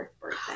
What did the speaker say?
birthday